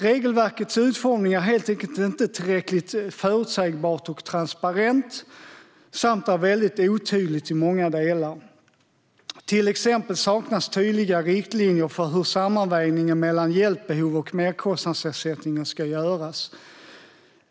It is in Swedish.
Regelverkets utformning är helt enkelt inte tillräckligt förutsägbart och transparent samt är väldigt otydligt i många delar. Till exempel saknas tydliga riktlinjer för hur sammanvägningen mellan hjälpbehov och merkostnadsersättningen ska göras.